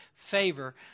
favor